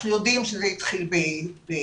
אנחנו יודעים שזה התחיל בהודו,